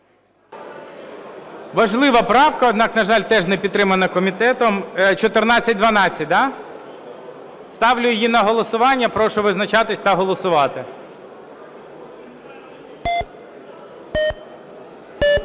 Важлива правка, однак, на жаль, теж не підтримана комітетом. 1412, да? Ставлю її на голосування. Прошу визначатися та голосувати.